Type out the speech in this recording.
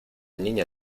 niña